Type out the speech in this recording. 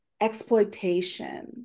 exploitation